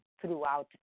throughout